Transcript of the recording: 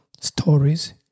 stories